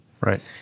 Right